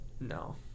No